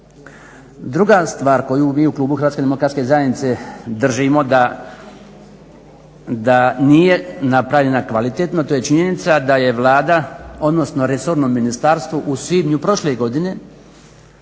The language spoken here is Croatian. Druga stvar koju mi u klubu HDZ-a držimo da nije napravljena kvalitetno to je činjenica da je Vlada, odnosno resorno ministarstvo u svibnju prošle godine